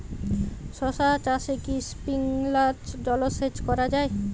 শশা চাষে কি স্প্রিঙ্কলার জলসেচ করা যায়?